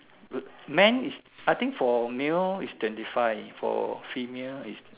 men I think for male is twenty five for female is